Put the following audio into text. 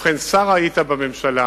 ובכן, שר היית בממשלה,